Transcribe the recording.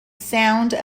sound